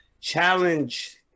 challenge